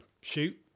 shoot